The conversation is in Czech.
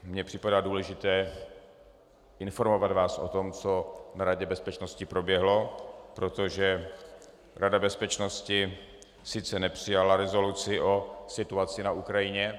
Mně připadá důležité informovat vás o tom, co na Radě bezpečnosti proběhlo, protože Rada bezpečnosti sice nepřijala rezoluci o situaci na Ukrajině...